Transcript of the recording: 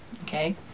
okay